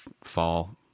fall